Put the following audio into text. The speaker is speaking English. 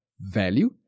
value